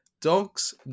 Dog's